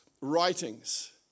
writings